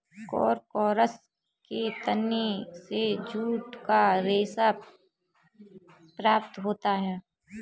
Corchorus के तने से जूट का रेशा प्राप्त होता है